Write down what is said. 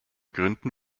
gründen